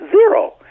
zero